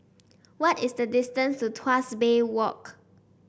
what is the distance to Tuas Bay Walk